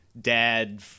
dad